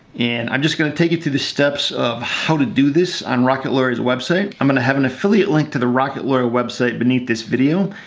and i'm just gonna take you through the steps of how to do this on rocket lawyer's website. i'm gonna have an affiliate link to the rocket lawyer website beneath this video.